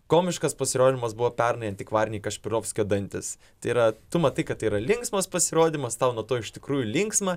komiškas pasirodymas buvo pernai antikvariniai kašpirovskio dantys tai yra tu matai kad tai yra linksmas pasirodymas tau nuo to iš tikrųjų linksma